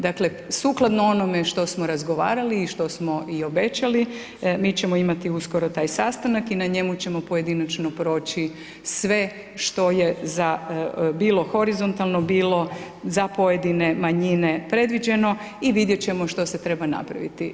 Dakle, sukladno onome što smo razgovarali i što smo i obećali, mi ćemo imati uskoro taj sastanak i na njemu ćemo pojedinačno proći sve što je za bilo horizontalno bilo za pojedine manjine predviđeno i vidjet ćemo što se treba napraviti.